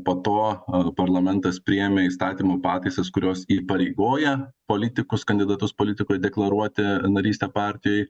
po to a parlamentas priėmė įstatymų pataisas kurios įpareigoja politikus kandidatus politikoj deklaruoti narystę partijoj